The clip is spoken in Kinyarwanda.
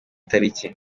tariki